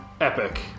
epic